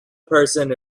person